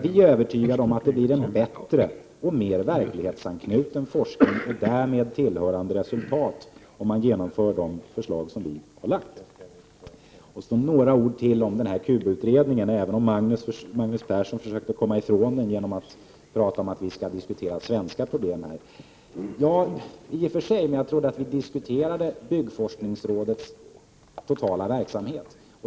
Vi är övertygade om att det blir en bättre och mer verklighetsanknuten forskning med tillhörande resultat om man genomför de förslag som vi har lagt fram. Så ytterligare några ord om Cuba-utredningen, även om Magnus Persson försökte komma ifrån den genom att säga att vi här skall diskutera svenska problem. Det är i och för sig riktigt, men jag trodde att vi diskuterade byggforskningsrådets totala verksamhet.